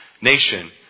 nation